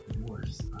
worse